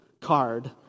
card